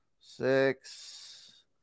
six